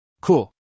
Cool